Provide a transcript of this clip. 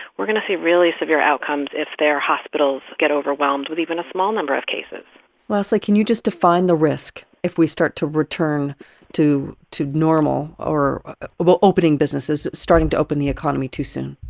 we're going to see really severe outcomes if their hospitals get overwhelmed with even a small number of cases lastly, can you just define the risk if we start to return to to normal or well, opening businesses, starting to open the economy too soon?